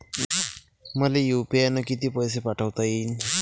मले यू.पी.आय न किती पैसा पाठवता येईन?